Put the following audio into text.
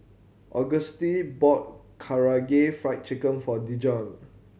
Auguste bought Karaage Fried Chicken for Dijon